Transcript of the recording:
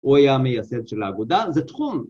הוא היה המייסד של האגודה, זה תחום.